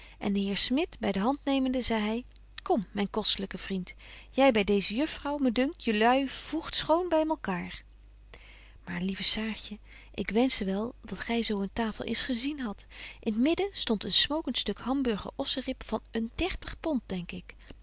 en den heer smit by de hand nemende zei hy kom myn kostelyke vriend jy by deeze juffrouw me dunkt jelui voegt schoon by malkaêr betje wolff en aagje deken historie van mejuffrouw sara burgerhart maar lieve saartje ik wenschte wel dat gy zo een tafel eens gezien hadt in t midden stondt een smokent stuk hamburger ossenrib van een dertig pond denk ik